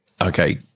Okay